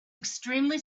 extremely